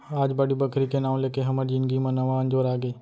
आज बाड़ी बखरी के नांव लेके हमर जिनगी म नवा अंजोर आगे